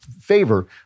favor